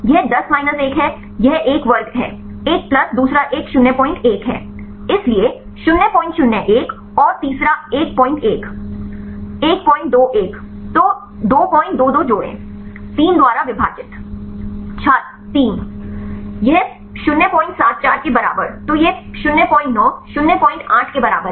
यह 10 माइनस 1 है यह 1 वर्ग है 1 प्लस दूसरा एक 01 है इसलिए 001 और तीसरा एक 11 121 तो 222 जोड़ें 3द्वारा विभाजित छात्र 3 यह 074 के बराबर तो यह 09 08 के बराबर है